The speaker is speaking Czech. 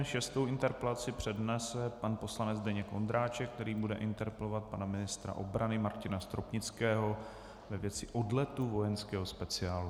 Šestou interpelaci přednese pan poslanec Zdeněk Ondráček, který bude interpelovat pana ministra obrany Martina Stropnického ve věci odletu vojenského speciálu.